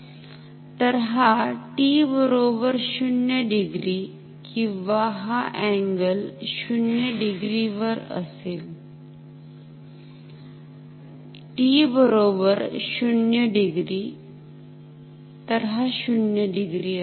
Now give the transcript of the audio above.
तर हा t बरोबर 0 डिग्री किंवा हा अँगल 0 डिग्री वर असेल t बरोबर 0 डिग्री तर हा 0 डिग्री आहे